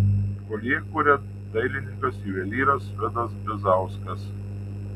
koljė kuria dailininkas juvelyras vidas bizauskas